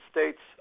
States